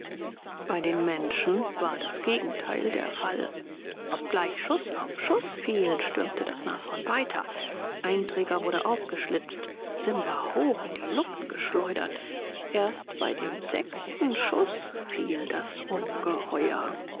bei den menschen war das gegenteil der fall obgleich schuß auf schuß fiel stürmte das nashorn weiter ein träger wurde aufgeschlitzt simba hoch in die luft geschleudert erst bei dem sechsten schuß fiel das ungeheuer